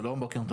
שלום, בוקר טוב.